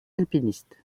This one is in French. alpinistes